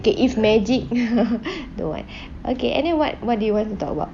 okay if magic don't want okay and then what what do you want to talk about